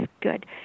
good